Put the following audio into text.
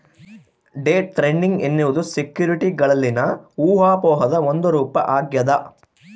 day trading ಎನ್ನುವುದು ಸೆಕ್ಯುರಿಟಿಗಳಲ್ಲಿನ ಊಹಾಪೋಹದ ಒಂದು ರೂಪ ಆಗ್ಯದ